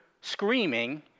screaming